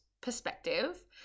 perspective